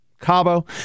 Cabo